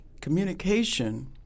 communication